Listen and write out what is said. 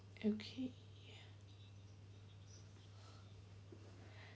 okay